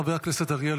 חבר הכנסת אריאל